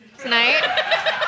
tonight